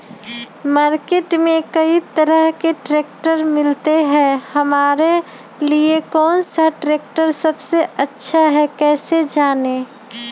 Market में कई तरह के ट्रैक्टर मिलते हैं हमारे लिए कौन सा ट्रैक्टर सबसे अच्छा है कैसे जाने?